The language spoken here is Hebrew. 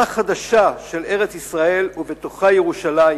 מפה חדשה של ארץ-ישראל ובתוכה ירושלים,